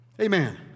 Amen